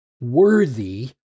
worthy